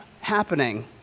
happening